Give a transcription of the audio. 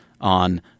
on